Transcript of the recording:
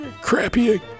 Crappy